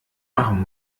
machen